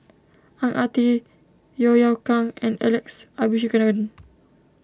Ang Ah Tee Yeo Yeow Kwang and Alex Abisheganaden